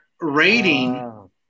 rating